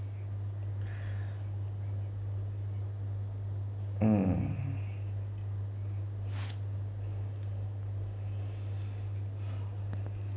mm